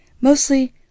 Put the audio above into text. Mostly